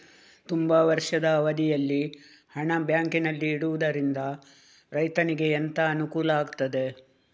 ತುಂಬಾ ವರ್ಷದ ಅವಧಿಯಲ್ಲಿ ಹಣ ಬ್ಯಾಂಕಿನಲ್ಲಿ ಇಡುವುದರಿಂದ ರೈತನಿಗೆ ಎಂತ ಅನುಕೂಲ ಆಗ್ತದೆ?